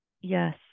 Yes